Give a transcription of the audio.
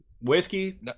Whiskey